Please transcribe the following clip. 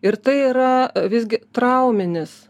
ir tai yra visgi trauminis